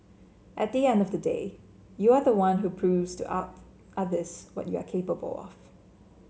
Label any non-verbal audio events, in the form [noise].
at the end of the day you are the one who proves to [unintelligible] others what you are capable of